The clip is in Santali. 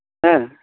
ᱦᱮᱸ